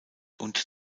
und